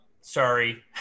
sorry